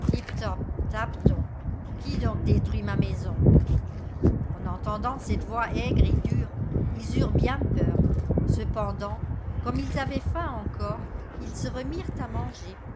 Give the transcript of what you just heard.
qui donc détruit ma maison en entendant cette voix aigre et dure ils eurent bien peur cependant comme ils avaient faim encore ils se remirent à manger